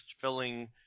filling